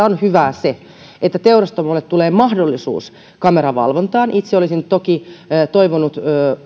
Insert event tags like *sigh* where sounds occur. *unintelligible* on hyvää se että teurastamoille tulee mahdollisuus kameravalvontaan itse olisin toki toivonut